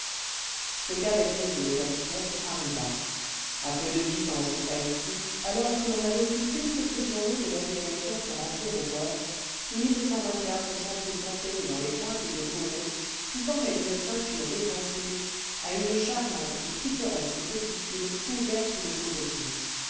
ce qu'avait prévu le capitaine arriva a peu de distance de taïti le vingtième siècle alors que l'on n'avait plus qu'une petite journée de navigation pour entrer au port l'île s'en fut s'enferrer dans les pointes de coraux qui formaient une ceinture défensive à une charmante et pittoresque petite île couverte de cocotiers